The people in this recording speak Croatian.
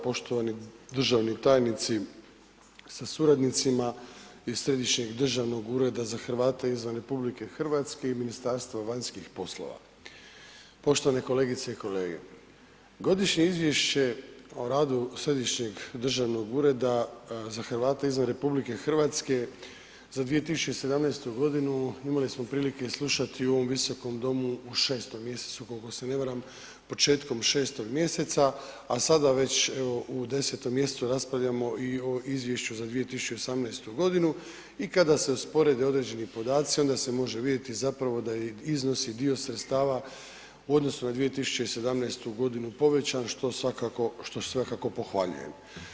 Poštovani državni tajnici sa suradnicima iz Središnjeg državnog ureda za Hrvate izvan RH i Ministarstva vanjskih poslova, poštovane kolegice i kolege godišnje izvješće o radu Središnjeg državnog ureda za Hrvate izvan RH za 2017. godinu imali smo prilike slušati u ovom visokom domu u 6. mjesecu koliko se ne varam, početkom 6. mjeseca, a sada već evo u 10. mjesecu raspravljamo i o izvješću za 2018. godinu i kada se usporede određeni podaci onda se može vidjeti zapravo da i iznosi dio sredstava u odnosu na 2017. godinu povećan što svakako, što svakako pohvaljujem.